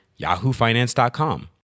yahoofinance.com